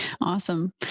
Awesome